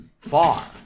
far